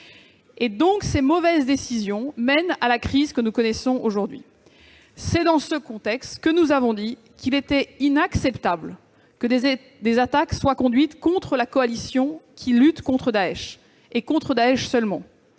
six mois. Ces mauvaises décisions mènent à la crise que nous connaissons aujourd'hui. Dans ce contexte, nous avons dit qu'il était inacceptable que des attaques soient conduites contre la coalition qui lutte contre Daech, et contre celle-ci seulement,